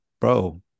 bro